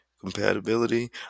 Compatibility